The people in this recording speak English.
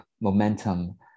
momentum